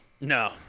No